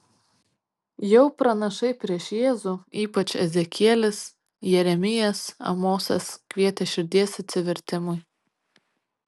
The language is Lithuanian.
jau pranašai prieš jėzų ypač ezekielis jeremijas amosas kvietė širdies atsivertimui